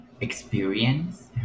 experience